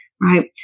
right